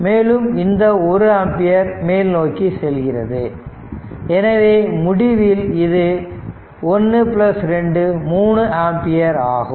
மேலும் இந்த 1 ஆம்பியர் மேல் நோக்கி செல்கிறது எனவே முடிவில் இது 123 ஆம்பியர் ஆகும்